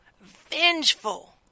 vengeful